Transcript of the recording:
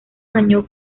año